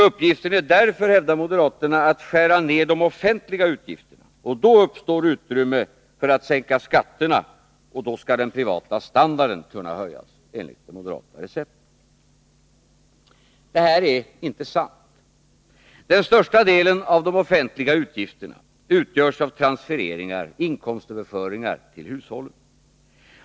Uppgiften är därför, hävdar moderaterna, att skära ned de offentliga utgifterna, och då skall utrymme uppstå för att sänka skatterna, och då skall den privata standarden kunna höjas — enligt det moderata receptet. Detta är inte sant. Den största delen av de offentliga utgifterna utgörs av transfereringar, inkomstöverföringar, till hushållen.